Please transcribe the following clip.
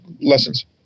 lessons